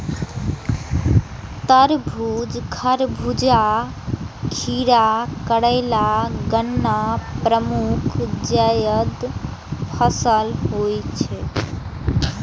तरबूज, खरबूजा, खीरा, करेला, गन्ना प्रमुख जायद फसल होइ छै